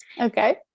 Okay